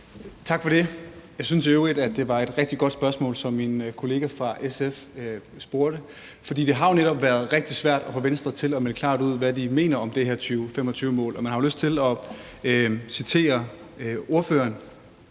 Tak for det. Jeg synes i øvrigt, at det var et rigtig godt spørgsmål, som min kollega fra SF stillede, for det har jo netop været rigtig svært at få Venstre til at melde klart ud, hvad de mener om det her 2025-mål. Og man har jo lyst til at citere ordføreren: